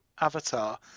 Avatar